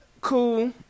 Cool